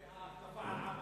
זה חלק מההתקפה על עם אחר,